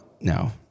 no